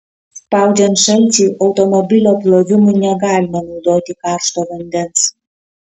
spaudžiant šalčiui automobilio plovimui negalima naudoti karšto vandens